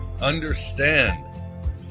understand